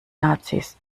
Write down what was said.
nazis